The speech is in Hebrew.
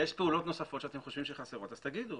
פעולות נוספות שאתם חושבים שחסרות תגידו,